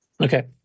Okay